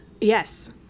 yes